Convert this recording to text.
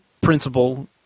principle